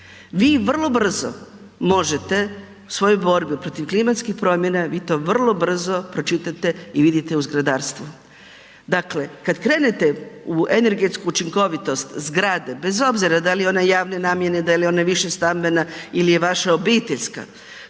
Vi vrlo brzo možete u svojoj borbi protiv klimatskih promjena, vi to vrlo brzo pročitate i vidite u zgradarstvu. Dakle kada krenete u energetsku učinkovitost zgrade, bez obzira da li je ona javne namjene, da li je ona više stambena ili je vaša obiteljska